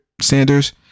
Sanders